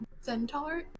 centaur